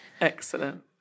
Excellent